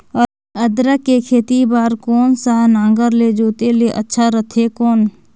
अदरक के खेती बार कोन सा नागर ले जोते ले अच्छा रथे कौन?